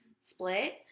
split